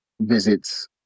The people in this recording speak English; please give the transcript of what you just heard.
visits